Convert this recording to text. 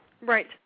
Right